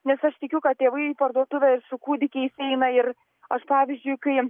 nes aš tikiu kad tėvai į parduotuvę ir su kūdikiais eina ir aš pavyzdžiui kai